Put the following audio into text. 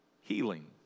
healing